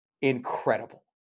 incredible